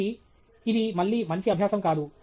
కాబట్టి ఇది మళ్ళీ మంచి అభ్యాసం కాదు